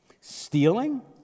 Stealing